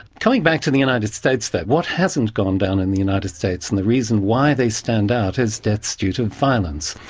coming back to the united states though what hasn't gone down in the united states and the reason why they stand out is deaths due to violence.